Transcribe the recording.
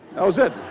that was it.